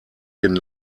den